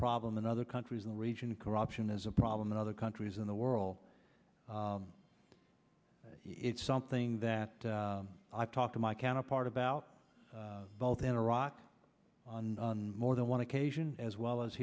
problem in other countries in the region corruption is a problem in other countries in the world it's something that i talk to my counterpart about both in iraq on more than one occasion as well as